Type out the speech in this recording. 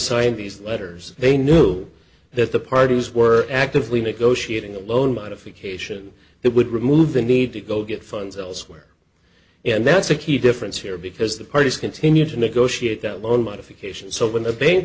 scientists letters they knew that the parties were actively negotiating a loan modification that would remove the need to go get funds elsewhere and that's a key difference here because the parties continue to negotiate that loan modifications so when the bank